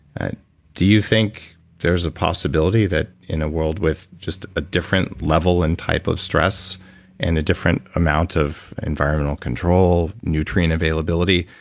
and do you think there's a possibility that in a world with just a different level and type of stress and a different amount of environmental control, nutrient availability,